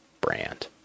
brand